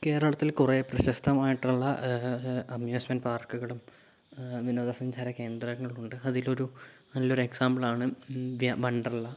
കേരളത്തിൽ കുറേ പ്രശസ്തമായിട്ടുള്ള അമ്യുസ്മെൻ്റ് പാർക്കുകളും വിനോദ സഞ്ചാര കേന്ദ്രങ്ങളുമുണ്ട് അതിലൊരു നല്ലൊരു എക്സാമ്പിളാണ് വണ്ടർലാ